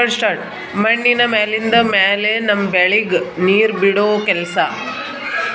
ಮಣ್ಣಿನ ಮ್ಯಾಲಿಂದ್ ಮ್ಯಾಲೆ ನಮ್ಮ್ ಬೆಳಿಗ್ ನೀರ್ ಬಿಡೋ ಕೆಲಸಾ